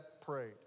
prayed